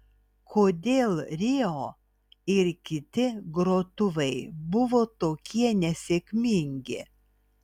kodėl rio ir kiti grotuvai buvo tokie nesėkmingi